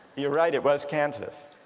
yeah right it was kansas